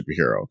superhero